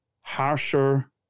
harsher